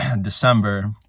December